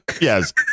yes